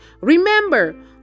Remember